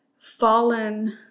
fallen